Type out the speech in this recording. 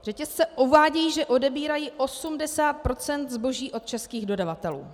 Řetězce uvádějí, že odebírají 80 % zboží od českých dodavatelů.